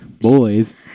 Boys